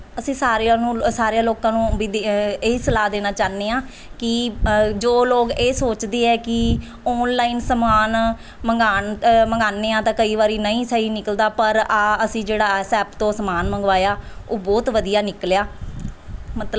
ਅਸੀਂ ਸਾਰਿਆਂ ਨੂੰ ਲੋ ਸਾਰਿਆਂ ਲੋਕਾਂ ਨੂੰ ਵੀ ਦੇ ਇਹ ਹੀ ਸਲਾਹ ਦੇਣਾ ਚਾਹੁੰਦੇ ਹਾਂ ਕਿ ਜੋ ਲੋਕ ਇਹ ਸੋਚਦੇ ਹੈ ਕਿ ਔਨਲਾਈਨ ਸਮਾਨ ਮੰਗਾਵਾਣ ਅ ਮੰਗਵਾਉਂਦੇ ਹਾਂ ਤਾਂ ਕਈ ਵਾਰੀ ਨਹੀਂ ਸਹੀ ਨਿਕਲਦਾ ਪਰ ਆਹ ਅਸੀਂ ਜਿਹੜਾ ਇਸ ਐਪ ਤੋਂ ਸਮਾਨ ਮੰਗਵਾਇਆ ਉਹ ਬਹੁਤ ਵਧੀਆ ਨਿਕਲਿਆ ਮਤਲਬ